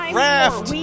raft